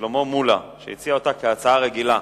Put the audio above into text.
ושלמה מולה, שהציע אותה כהצעה רגילה.